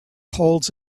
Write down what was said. holds